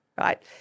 right